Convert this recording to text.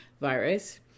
virus